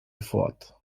fort